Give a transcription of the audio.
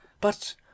But